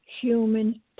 human